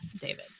David